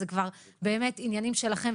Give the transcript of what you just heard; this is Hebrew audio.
זה כבר באמת עניינים שלכם,